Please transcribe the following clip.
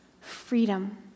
freedom